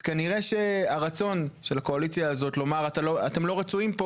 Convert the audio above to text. אז כנראה שהרצון של הקואליציה הזאת לומר "אתם לא רצויים פה"